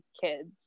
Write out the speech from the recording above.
kids